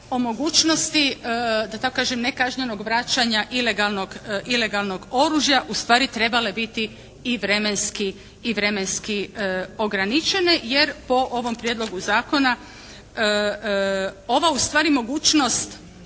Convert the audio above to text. tako kažem nekažnjenog vraćanja ilegalnog oružja ustvari trebale biti i vremenski ograničene jer po ovom prijedlogu zakona ova ustvari mogućnost